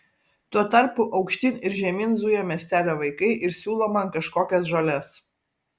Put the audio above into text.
tuo tarpu aukštyn ir žemyn zuja miestelio vaikai ir siūlo man kažkokias žoles